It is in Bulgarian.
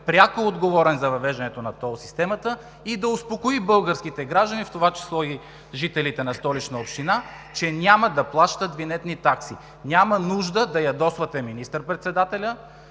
пряко отговорен за въвеждането на тол системата, и да успокои българските граждани, в това число и жителите на Столична община, че няма да плащат винетни такси. Няма нужда да ядосвате министър-председателя,